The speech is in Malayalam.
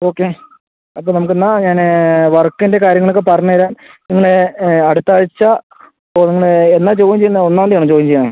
ഓക്കെ അപ്പോൾ നമുക്ക് എന്നാൽ ഞാൻ വർക്കിൻ്റ കാര്യങ്ങൾ ഒക്കെ പറഞ്ഞുതരാം പിന്നെ അടുത്താഴ്ച അപ്പോൾ നിങ്ങള് എന്നാ ജോയിൻ ചെയ്യുന്നത് ഒന്നാം തീയ്യതി ആണോ ജോയിൻ ചെയ്യുന്നത്